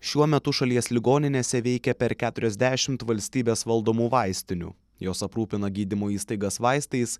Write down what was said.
šiuo metu šalies ligoninėse veikia per keturiasdešimt valstybės valdomų vaistinių jos aprūpina gydymo įstaigas vaistais